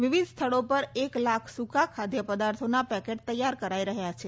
વિવિધ સ્થળો પર એક લાખ સુકા ખાદ્ય પદાર્થોના પેકેટ તૈયાર કરાઈ રહ્યા છે